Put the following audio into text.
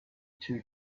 two